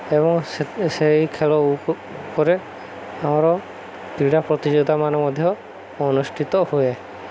ଏବଂ ସେହି ଖେଳ ଉପରେ ଆମର କ୍ରୀଡ଼ା ପ୍ରତିଯୋଗିତାମାନେ ମଧ୍ୟ ଅନୁଷ୍ଠିତ ହୁଏ